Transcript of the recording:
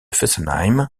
fessenheim